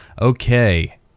Okay